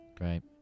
Right